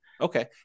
Okay